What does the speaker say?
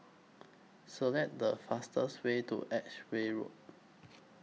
Select The fastest Way to Edgware Road